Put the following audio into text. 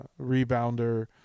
rebounder